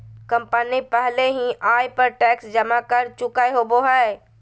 company पहले ही आय पर टैक्स जमा कर चुकय होबो हइ